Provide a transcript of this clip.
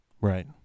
Right